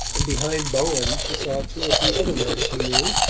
and behind bowen she saw two or three other men she knew,